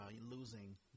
losing